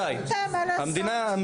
אני קובע שכל המדינה "רשאי".